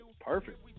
Perfect